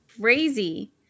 crazy